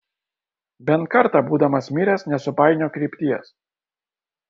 bent kartą būdamas miręs nesupainiok krypties